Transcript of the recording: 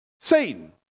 Satan